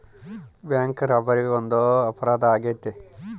bank robbery ಒಂದು ಅಪರಾಧ ಆಗೈತೆ